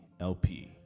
LP